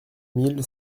mille